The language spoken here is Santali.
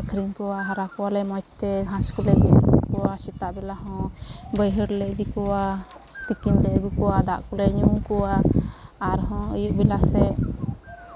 ᱟᱹᱠᱷᱨᱤᱧ ᱠᱚᱣᱟ ᱦᱟᱨᱟ ᱠᱚᱣᱟᱞᱮ ᱢᱚᱡᱽᱛᱮ ᱜᱷᱟᱥ ᱠᱚᱞᱮ ᱜᱮᱫ ᱟᱠᱚᱣᱟ ᱥᱮᱛᱟᱜ ᱵᱮᱞᱟ ᱦᱚᱸ ᱵᱟᱹᱭᱦᱟᱹᱲᱞᱮ ᱤᱫᱤ ᱠᱚᱣᱟ ᱛᱤᱠᱤᱱ ᱞᱮ ᱟᱹᱜᱩ ᱠᱚᱣᱟ ᱫᱟᱜ ᱠᱚᱞᱮ ᱧᱩ ᱟᱠᱚᱣᱟ ᱟᱨ ᱦᱚᱸ ᱟᱹᱭᱩᱵ ᱵᱮᱞᱟ ᱥᱮᱜ